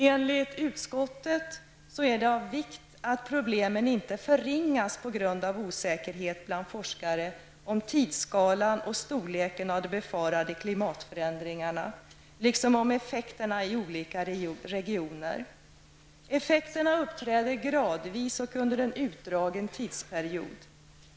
Enligt utskottet är det av vikt att problemen inte förringas på grund av osäkerhet bland forskare om tidsskalan och storleken av de befarade klimatförändringarna, liksom om effekterna i olika regioner. Effekterna uppträder gradvis och under en utdragen tidsperiod.